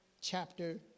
chapter